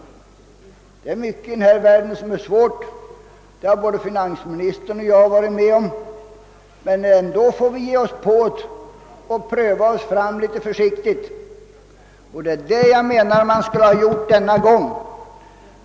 Det är mycket i denna värld som är svårt — det har både finansministern och jag erfarenheter av — men vi får ändå ge oss i kast med uppgiften och försiktigt pröva oss fram. Det menar jag att man skulle ha gjort också denna gång.